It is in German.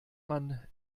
man